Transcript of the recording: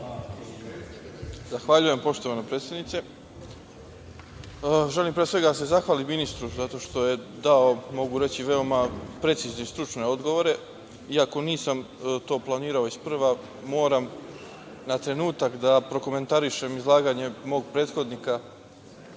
Zahvaljujem poštovana predsednice. Želim pre svega da se zahvalim ministru zato što je dao, mogu reći, veoma precizan i stručan odgovore. Iako nisam to planirao iz prva moram na trenutak da prokomentarišem izlaganje mog prethodnika